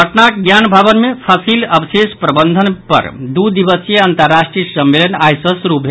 पटनाक ज्ञान भवन मे फसलि अवशेष प्रबंधन पर दू दिवसीय अंतर्राष्ट्रीय सम्मेलन आइ सॅ शुरू भेल